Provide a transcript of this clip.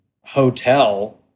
hotel